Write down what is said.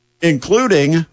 including